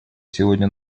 сегодня